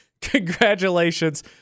Congratulations